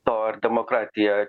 to ar demokratija